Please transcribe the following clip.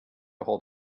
hold